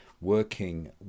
working